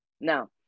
Now